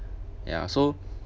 ya so